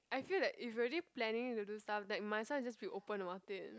I feel that if you already planning to do stuff like might as well just be open about it